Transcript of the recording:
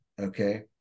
Okay